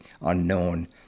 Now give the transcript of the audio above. unknown